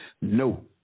no